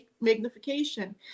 magnification